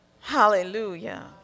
Hallelujah